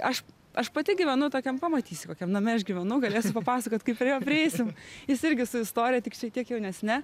aš aš pati gyvenu tokiam pamatysi kokiam name aš gyvenu galėsiu papasakot kai prie jo prieisim jis irgi su istorija tik šiek tiek jaunesne